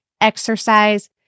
exercise